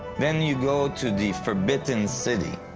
then you go to the forbidden city,